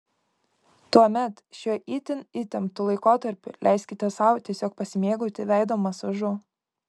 tuomet šiuo itin įtemptu laikotarpiu leiskite sau tiesiog pasimėgauti veido masažu